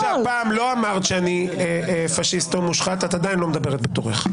למרות שהפעם לא אמרת שאני פשיסט או מושחת את עדיין לא מדברת בתורך,